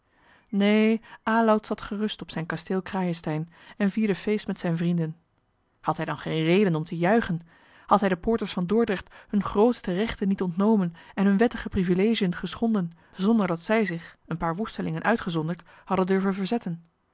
neen aloud zat gerust op zijn kasteel crayenstein en hij vierde feest met zijne vrienden had hij dan geen reden om te juichen had hij den poorters van dordrecht hunne grootste rechten niet ontnomen en hunne wettige privilegiën geschonden zonder dat zij zich een paar woestelingen uitgezonderd hadden durven verzetten